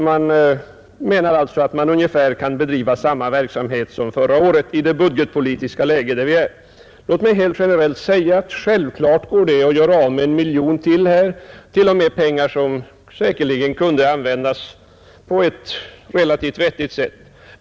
Man menar att ungefär samma verksamhet kan bedrivas i det nuvarande budgetpolitiska läget som förra året. Låt mig helt generellt säga att det självklart går att göra av med en miljon kronor till här. Man skulle t.o.m. säkerligen kunna använda pengarna på ett relativt vettigt sätt.